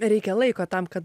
reikia laiko tam kad